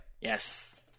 Yes